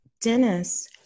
Dennis